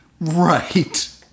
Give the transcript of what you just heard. Right